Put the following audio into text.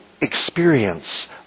experience